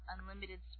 unlimited